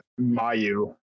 Mayu